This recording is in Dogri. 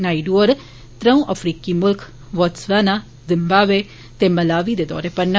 नायडू होर त्रंऊ अफ्रीकी मुल्ख बोटसवाना जिम्बानी ते मलावी दे दौर उप्पर न